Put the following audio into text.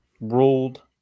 Ruled